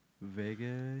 Vegas